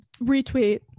retweet